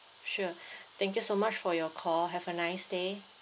sure thank you so much for your call have a nice day